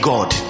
God